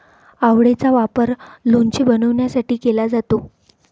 आवळेचा वापर लोणचे बनवण्यासाठी केला जातो